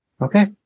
okay